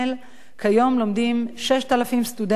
כיום לומדים 6,000 סטודנטים במסגרות